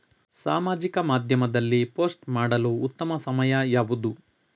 ಸಾಮಾಜಿಕ ಮಾಧ್ಯಮದಲ್ಲಿ ಪೋಸ್ಟ್ ಮಾಡಲು ಉತ್ತಮ ಸಮಯ ಯಾವುದು?